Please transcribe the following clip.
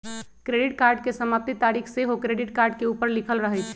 credit card के समाप्ति तारिख सेहो क्रेडिट कार्ड के ऊपर लिखल रहइ छइ